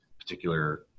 particular